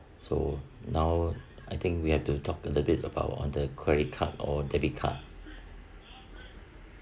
so now I think we have to talk a little bit about on the credit card or debit card